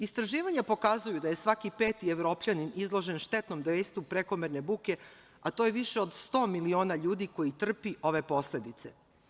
Istraživanja pokazuju da je svaki peti Evropljanin izložen štetnom dejstvu prekomerne buke, a to je više od 100 miliona ljudi koji trpi ove posledice.